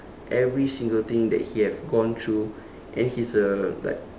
every single thing that he have gone through and he's a like